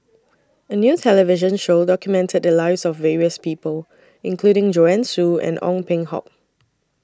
A New television Show documented The Lives of various People including Joanne Soo and Ong Peng Hock